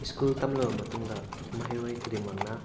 school ꯇꯝꯂꯕ ꯃꯇꯨꯡꯗ ꯃꯍꯩꯔꯣꯏ ꯈꯨꯗꯤꯡꯃꯛꯅ